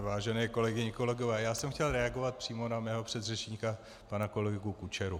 Vážené kolegyně, kolegové, já jsem chtěl reagovat přímo na svého předřečníka pana kolegu Kučeru.